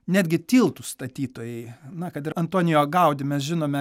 netgi tiltų statytojai na kad ir antonijo gaudi mes žinome